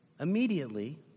immediately